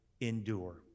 endure